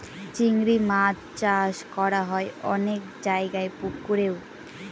চিংড়ি মাছ চাষ করা হয় অনেক জায়গায় পুকুরেও